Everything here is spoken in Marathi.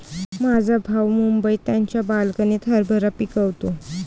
माझा भाऊ मुंबईत त्याच्या बाल्कनीत हरभरा पिकवतो